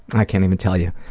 i can't even tell you.